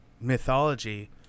mythology